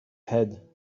head